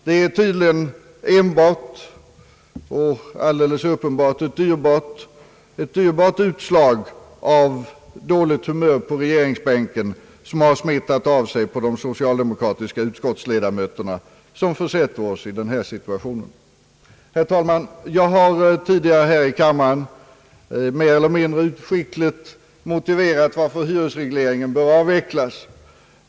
Det är tydligen enbart ett dyrbart utslag av dåligt humör på regeringsbänken som har smittat av sig på de socialdemokratiska utskottsledamöterna som försätter oss i denna situation. Herr talman! Jag har tidigare här i kammaren mer eller mindre skickligt motiverat varför hyresregleringen bör avvecklas.